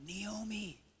Naomi